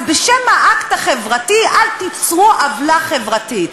אז בשם האקט החברתי אל תיצרו עוולה חברתית.